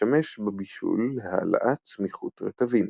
משמש בבישול להעלאת סמיכות רטבים.